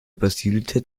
übersiedelte